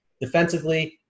Defensively